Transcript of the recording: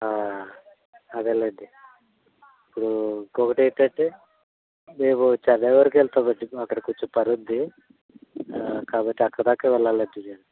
అదేలేండి ఇప్పుడు ఇంకొకటి ఏంటంటే మేము చెన్నై వరకు వెళ్తామండి అక్కడ కొంచెం పనుంది కాబట్టి అక్కడిదాకే వెళ్ళాలండి నేను